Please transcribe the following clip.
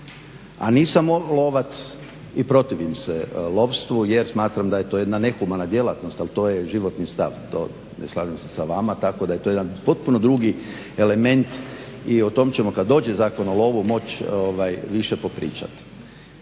A nisam lovac i protivim se lovstvu jer smatram da je to jedna nehumana djelatnost, ali to je životni stav to ne slažem se sa vama. Tako da je to jedan potpuno drugi element i o tom ćemo kad dođe Zakon o lovu moći više popričati.